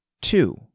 Two